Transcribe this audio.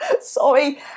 Sorry